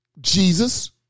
Jesus